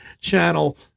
channel